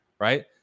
right